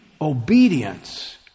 Obedience